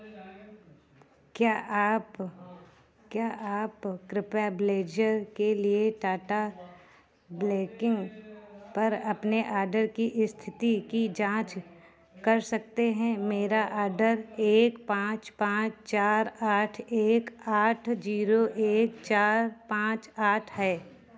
क्या आप क्या आप कृपया ब्लेज़र के लिए टाटा ब्लेकिंग पर अपने मेरे आडर की स्थिति की जाँच कर सकते हैं मेरा आडर एक पाँच पाँच चार आठ एक आठ जीरो एक चार पाँच आठ है